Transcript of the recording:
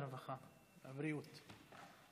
הרווחה והבריאות.